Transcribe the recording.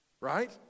Right